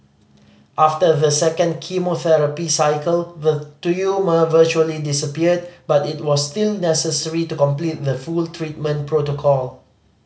after the second chemotherapy cycle the tumour virtually disappeared but it was still necessary to complete the full treatment protocol